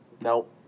Nope